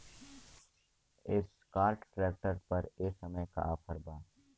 Escort tractor पर ए समय का ऑफ़र बा?